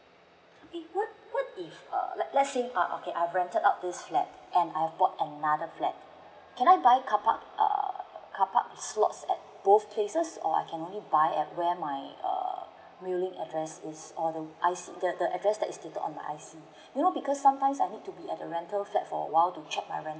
what what if uh let's say oh okay I've rented out this flat and I've bought another flat can I buy car park ah car park slot at both places or I can only buy at where my err mailing address is um I_C the the address that is stated on my I_C you know because sometimes I need to be at a rental flat for awhile to check my rent